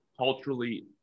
culturally